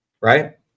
right